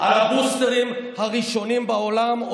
על הבוסטרים הראשונים בעולם,